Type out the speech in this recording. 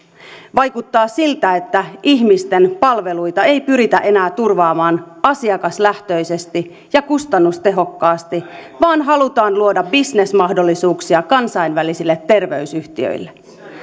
vaikuttaa siltä että ihmisten palveluita ei pyritä enää turvaamaan asiakaslähtöisesti ja kustannustehokkaasti vaan halutaan luoda bisnesmahdollisuuksia kansainvälisille terveysyhtiöille